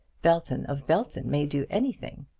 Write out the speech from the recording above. belton of belton may do anything.